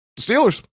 Steelers